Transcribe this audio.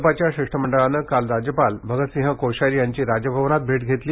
भाजपाच्या शिष्टमंडळानं काल राज्यपाल भगतसिंह कोश्यारी यांची राजभवनात भेट घेतली